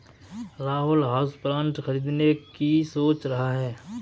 Rahul houseplant खरीदने की सोच रहा है